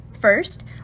First